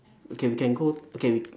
okay we can go okay we